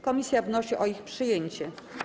Komisja wnosi o ich przyjęcie.